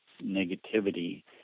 negativity